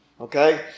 Okay